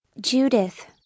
Judith